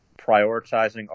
prioritizing